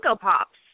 Pops